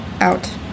Out